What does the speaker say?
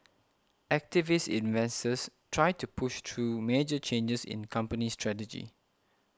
activist investors try to push through major changes in company strategy